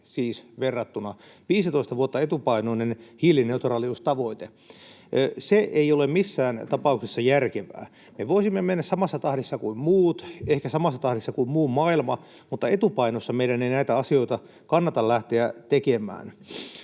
verrattuna 15 vuotta etupainoinen hiilineutraaliustavoite. Se ei ole missään tapauksessa järkevää. Me voisimme mennä samassa tahdissa kuin muut, ehkä samassa tahdissa kuin muu maailma, mutta etupainossa meidän ei näitä asioita kannata lähteä tekemään.